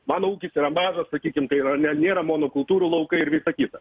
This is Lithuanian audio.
mano ūkis yra mažas sakykim tai yra ne nėra monokultūrų laukai ir visa kita